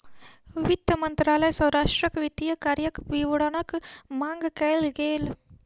वित्त मंत्रालय सॅ राष्ट्रक वित्तीय कार्यक विवरणक मांग कयल गेल